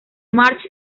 march